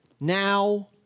now